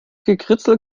gekritzel